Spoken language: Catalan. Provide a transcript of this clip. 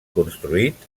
construït